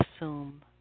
assume